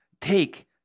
take